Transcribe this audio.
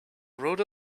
road